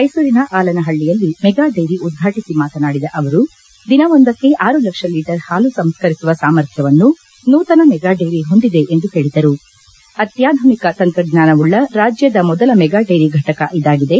ಮೈಸೂರಿನ ಆಲನಹಳ್ಳಿಯಲ್ಲಿ mega dairy ಉದ್ವಾಟಿಸ ಮಾತನಾಡಿದ ಅವರು ದಿನವೊಂದಕ್ಕೆ ಆರು ಲಕ್ಷ ಲೀಟರ್ ಹಾಲು ಸಂಸ್ಕರಿಸುವ ಸಾಮರ್ಥ್ಯವನ್ನು ನೂತನ ಮೆಗಾಡೇರಿ ಹೊಂದಿದೆ ಎಂದು ಹೇಳಿದರು ಅತ್ಯಾಧುನಿಕ ತಂತ್ರಜ್ಞಾನವುಳ್ಳ ರಾಜ್ಯದ ಮೊದಲ ಮೆಗಾ ಡೈರಿ ಫಟಕ ಇದಾಗಿದೆ